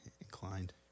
inclined